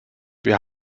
wir